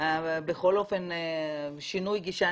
בכל אופן שינוי גישה,